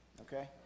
okay